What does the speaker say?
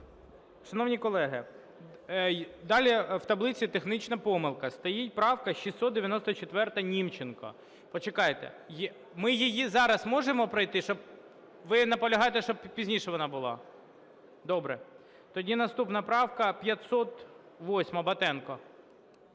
Шановні колеги, далі в таблиці технічна помилка, стоїть правка 694 Німченка. Почекайте, ми її зараз можемо пройти? Ви наполягаєте, щоб пізніше вона була. Добре. Тоді наступна правка 508 Батенка.